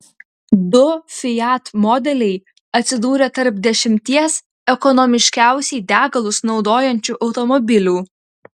du fiat modeliai atsidūrė tarp dešimties ekonomiškiausiai degalus naudojančių automobilių